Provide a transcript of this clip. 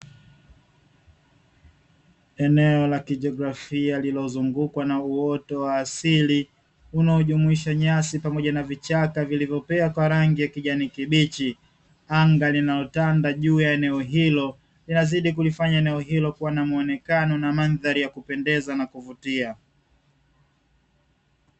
Eneo la kijioagraphia lilozungukwa na uoto wa asili unaojumuisha nyasi pamoja na vichaka vilivopea kwa rangi ya kijani kibichi . Anga linalotanda juu ya eneo hilo yazidi kulifanya eneo hilo kua na muonekano na mandhari ya kupendeza ya kuvutia.